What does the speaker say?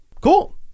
Cool